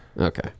Okay